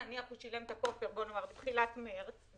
נניח הוא שילם את הכופר בתחילת מרץ,